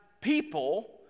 people